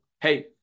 Hey